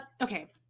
okay